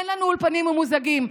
אין לנו אולפנים ממוזגים,